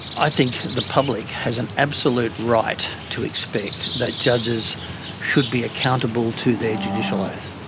i think the public has an absolute right to expect that judges should be accountable to their judicial oath.